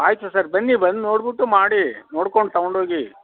ಆಯಿತು ಸರ್ ಬನ್ನಿ ಬಂದು ನೋಡಿಬಿಟ್ಟು ಮಾಡಿ ನೋಡ್ಕೊಂಡು ತಗೊಂಡು ಹೋಗಿ